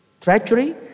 treachery